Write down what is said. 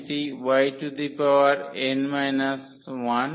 এটি yn 1